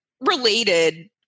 related